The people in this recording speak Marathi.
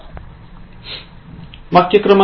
आता वाक्य क्र